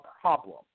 problem